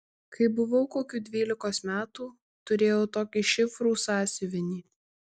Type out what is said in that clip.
kai buvau kokių dvylikos metų turėjau tokį šifrų sąsiuvinį